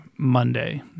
monday